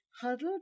huddled